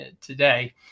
today